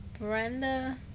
Brenda